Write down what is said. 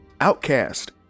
outcast